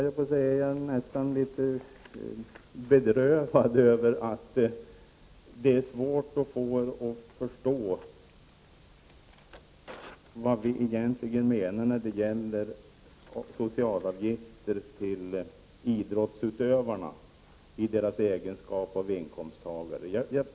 Jag blir nästan litet bedrövad över att det är svårt att få er att förstå vad vi egentligen menar när det gäller socialavgifter till idrottsutövarna i deras egenskap av inkomsttagare.